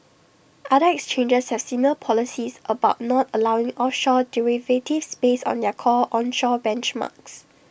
other exchanges have similar policies about not allowing offshore derivatives based on their core onshore benchmarks